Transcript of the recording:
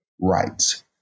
Rights